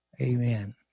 Amen